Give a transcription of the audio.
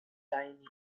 tiny